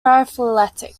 paraphyletic